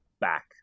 back